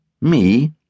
Me